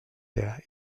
der